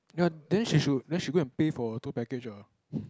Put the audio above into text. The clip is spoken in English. ya then she should then she go and pay for a tour package ah